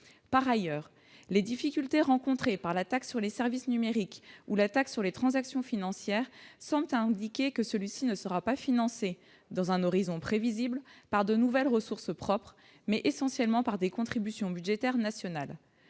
par ailleurs les difficultés rencontrées par la taxe sur les services numériques ou la taxe sur les transactions financières sont indiqué que celui-ci ne sera pas financée dans un horizon prévisible par de nouvelles ressources propres, mais essentiellement par des contributions budgétaires nationales,